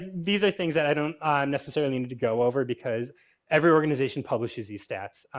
these are things that i don't necessarily need to go over because every organization publishes these stats.